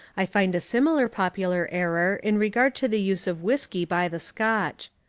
i find a similar popular error in regard to the use of whiskey by the scotch.